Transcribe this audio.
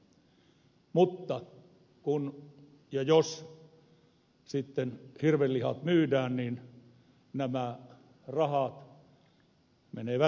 mutta kun ja jos sitten hirvenlihat myydään niin nämä rahat menevät valtiolle